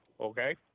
Okay